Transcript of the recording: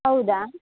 ಹೌದಾ